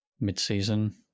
mid-season